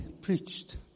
preached